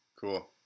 cool